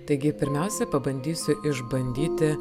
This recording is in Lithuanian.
taigi pirmiausia pabandysiu išbandyti